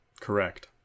Correct